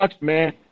man